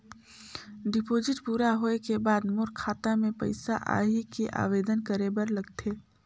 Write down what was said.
Deposit पूरा होय के बाद मोर खाता मे पइसा आही कि आवेदन करे बर लगथे?